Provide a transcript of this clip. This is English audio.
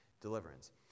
deliverance